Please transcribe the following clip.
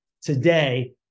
Today